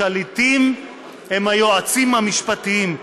השליטים הם היועצים המשפטיים,